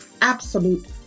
absolute